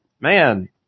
man